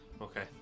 Okay